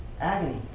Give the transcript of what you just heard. agony